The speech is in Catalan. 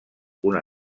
una